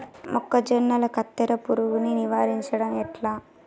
మొక్కజొన్నల కత్తెర పురుగుని నివారించడం ఎట్లా?